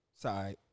Sorry